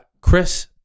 Chris